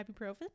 ibuprofen